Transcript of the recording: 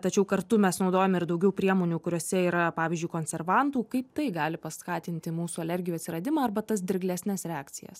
tačiau kartu mes naudojam ir daugiau priemonių kuriose yra pavyzdžiui konservantų kaip tai gali paskatinti mūsų alergijų atsiradimą arba tas dirglesnes reakcijas